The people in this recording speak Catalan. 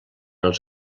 els